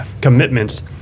commitments